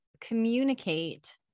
communicate